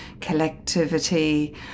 collectivity